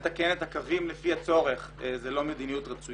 לתקן את הקווים לפי הצורך, זאת לא מדיניות רצויה.